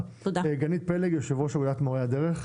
גנית פלג, יושבת-ראש אגודת מורי הדרך.